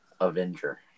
Avenger